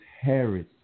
Harris